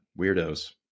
Weirdos